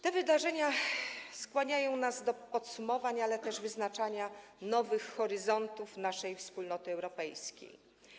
Te wydarzenia skłaniają nas do podsumowań, ale też wyznaczania nowych horyzontów naszej Wspólnoty Europejskiej.